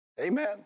Amen